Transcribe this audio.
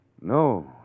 No